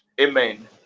Amen